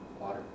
Water